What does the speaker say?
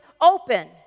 open